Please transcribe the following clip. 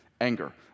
anger